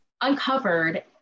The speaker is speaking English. uncovered